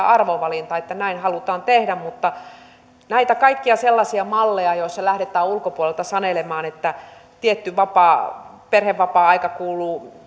arvovalinta että näin halutaan tehdä mutta kun on kaikkia sellaisia malleja joissa lähdetään ulkopuolelta sanelemaan että tietty perhevapaa aika kuuluu